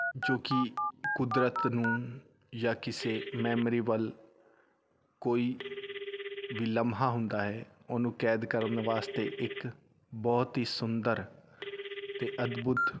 ਜੋ ਕਿ ਕੁਦਰਤ ਨੂੰ ਜਾਂ ਕਿਸੇ ਮੈਮਰੀ ਵੱਲ ਕੋਈ ਵੀ ਲਮਹਾ ਹੁੰਦਾ ਹੈ ਉਹਨੂੰ ਕੈਦ ਕਰਨ ਵਾਸਤੇ ਇੱਕ ਬਹੁਤ ਹੀ ਸੁੰਦਰ ਅਤੇ ਅਦਭੁਤ